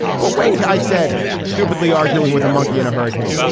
but wait. i said stupidly arguing with a monkey in a hurricane.